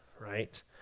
right